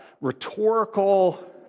rhetorical